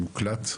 אני מוקלט,